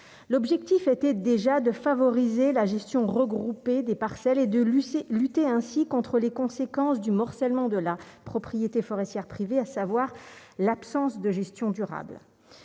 l'objectif était déjà de favoriser la gestion regrouper des parcelles et de lutter, lutter ainsi contre les conséquences du morcellement de la propriété forestière privée, à savoir l'absence de gestion durable